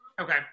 okay